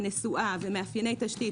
נסועה ומאפייני תשתית,